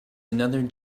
another